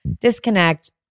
disconnect